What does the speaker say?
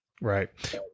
Right